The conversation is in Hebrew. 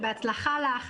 ובהצלחה לך,